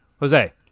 Jose